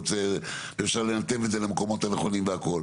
ואפשר לנתב את זה למקומות הנכונים והכל.